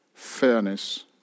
fairness